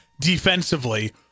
defensively